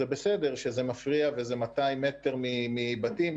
זה מפריע וזה 200 מטרים מבתים,